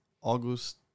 August